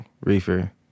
reefer